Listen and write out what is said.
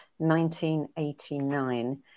1989